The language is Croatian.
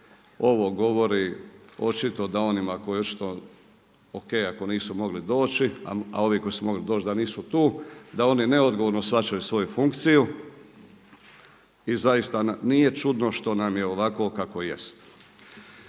ovo govori očito da onima o.k. ako nisu mogli doći, a ovi koji su mogli doći da nisu tu, da oni neodgovorno shvaćaju svoju funkciju. I zaista nije čudno što nam je ovako kako jest.